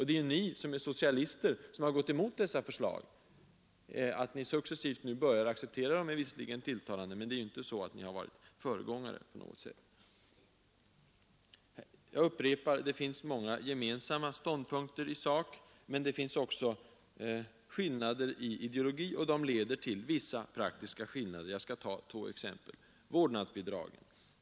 Det är ni socialister som har gått emot dessa förslag. Att ni nu successivt börjar acceptera dem är visserligen tilltalande med ni har ju inte varit föregångare på något sätt. Jag upprepar att det finns många gemensamma ståndpunkter i sak, men det finns också skillnader i ideologi, och de leder till vissa praktiska skillnader. Jag skall ta två exempel. Först vårdnadsbidragen.